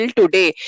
today